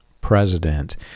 president